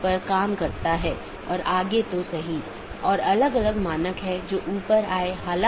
वर्तमान में BGP का लोकप्रिय संस्करण BGP4 है जो कि एक IETF मानक प्रोटोकॉल है